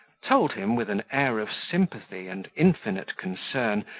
told him, with an air of sympathy and infinite concern,